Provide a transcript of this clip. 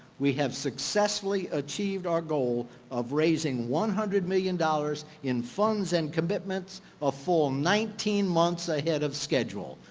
we have successfully achieved our goal of raising one hundred million dollars in funds and commitments a full nineteen months ahead of schedule.